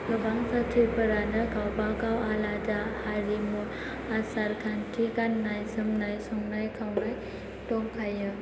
गोबां जाथिफोरानो गावबागाव आलादा हारिमु आसार खान्थि गाननाय जोमनाय संनाय खावनाय दंखायो